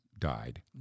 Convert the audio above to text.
died